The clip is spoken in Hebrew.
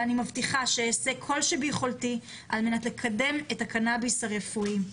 ואני מבטיחה שאעשה כל שביכולתי על מנת לקדם את הקנאביס הרפואי.